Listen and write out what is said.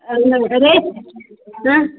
ಅದು ನಂಗೆ ರೇಟ್ ಹಾಂ